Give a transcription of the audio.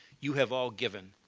you have all given.